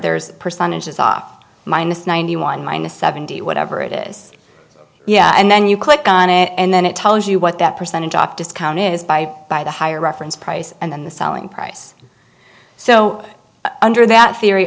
there's percentages off minus ninety one minus seventy whatever it is yeah and then you click on it and then it tells you what that percentage drop discount is by by the higher reference price and then the selling price so under that theory